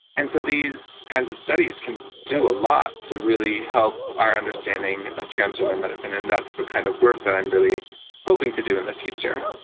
and so these kinds of studies can do a lot to really help our understanding of transgender medicine, and that's the kind of work that i'm really hoping to do in the future.